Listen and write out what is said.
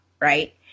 Right